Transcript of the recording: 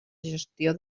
gestió